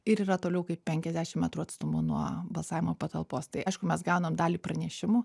ir yra toliau kaip penkiasdešim metrų atstumu nuo balsavimo patalpos tai aišku mes gaunam dalį pranešimų